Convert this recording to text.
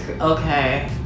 okay